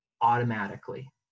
automatically